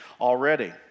already